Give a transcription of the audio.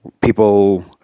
People